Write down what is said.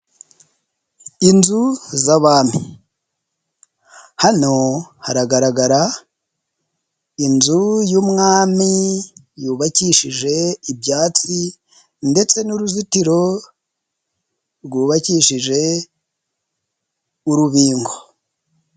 Inzu z'Abami hano haragaragara inzu y'Umwami yubakishije ibyatsi ndetse n'uruzitiro rwubakishije urubingo.